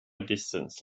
distance